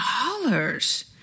dollars